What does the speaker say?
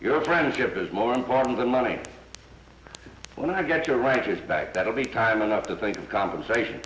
your friendship is more important than money when i get your right back that will be time enough to think of compensation